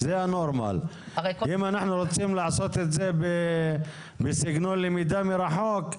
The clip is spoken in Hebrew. אם אנחנו רוצים לעשות את זה בסגנון למידה מרחוק,